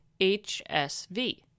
HSV